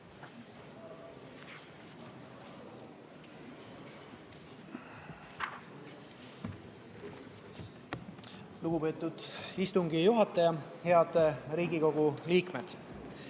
Austatud istungi juhataja! Head Riigikogu liikmed,